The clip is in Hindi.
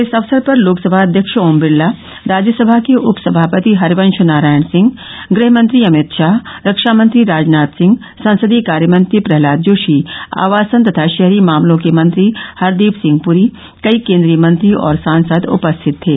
इस अवसर पर लोकसभा अध्यक्ष ओम बिरला राज्यसभा के उपसभापति हरिवंश नारायणसिंह गृहमंत्री अमित शाह रक्षामंत्री राजनाथ सिंह संसदीय कार्यमंत्री प्रहलाद जोशी आवासन तथा शहरी मामलों के मंत्री हरदीप सिंह प्री कई केंद्रीय मंत्री और सांसद उपस्थित थे